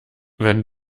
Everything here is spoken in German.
wenn